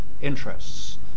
interests